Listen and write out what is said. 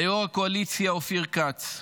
ליו"ר הקואליציה אופיר כץ.